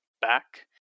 back